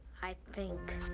i think.